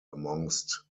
amongst